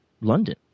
London